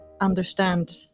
understand